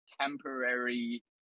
temporary